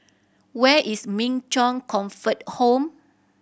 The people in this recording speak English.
where is Min Chong Comfort Home